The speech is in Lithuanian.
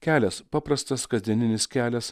kelias paprastas kasdieninis kelias